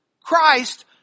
Christ